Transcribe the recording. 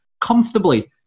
comfortably